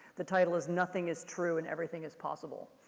the title is nothing is true and everything is possible.